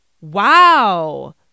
wow